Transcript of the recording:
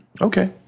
Okay